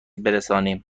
برسانیم